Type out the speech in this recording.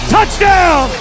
Touchdown